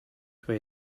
away